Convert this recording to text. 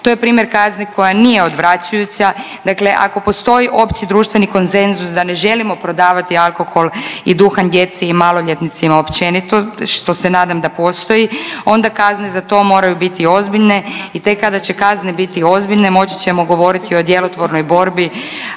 To je primjer kazni koja nije odvraćujuća, dakle ako postoji opći društveni konzenzus da ne želim prodavati alkohol i duhan djeci i maloljetnicima općenito, što se nadam da postoji, onda kazne za to moraju biti ozbiljne i tek kada će kazne biti ozbiljne moći ćemo govoriti o djelotvornoj borbi